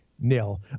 nil